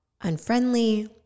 unfriendly